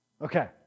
Okay